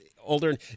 older